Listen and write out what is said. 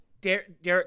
Derek